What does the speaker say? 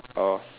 orh